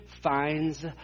finds